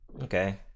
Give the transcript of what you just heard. Okay